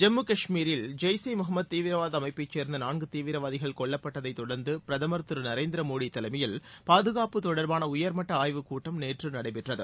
ஜம்மு காஷ்மீரில் ஜெய்ஷ் இ முகம்மது தீவிரவாத அமைப்பைச் சேர்ந்த நான்கு தீவிரவாதிகள் கொல்லப்பட்டதைத் தொடர்ந்து பிரதமர் திரு நரேந்திர மோடி தலைமையில் பாதுகாப்பு தொடர்பாள உயர்மட்ட ஆய்வுக் கூட்டம் நேற்று நடைபெற்றது